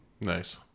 Nice